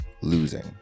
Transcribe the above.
Losing